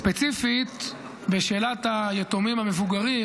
ספציפית בשאלת היתומים המבוגרים,